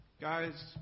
Guys